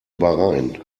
bahrain